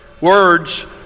words